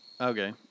okay